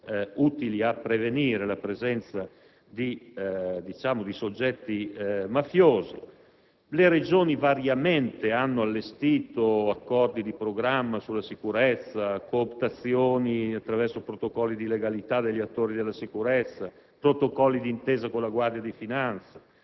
utili a prevenire la presenza di soggetti mafiosi. Le Regioni hanno variamente allestito accordi di programma sulla sicurezza; cooptazioni, attraverso protocolli di legalità, degli attori della sicurezza; protocolli d'intesa con la Guardia di finanza;